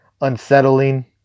unsettling